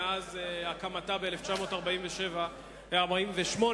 מאז הקמתה בשנת 1948,